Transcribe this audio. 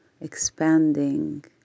expanding